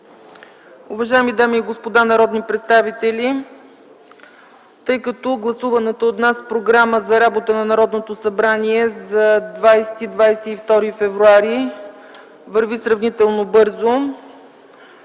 Уважаеми дами и господа народни представители, тъй като гласуваната от нас програма за работата на Народното събрание за периода 20-22 януари 2010 г. върви сравнително бързо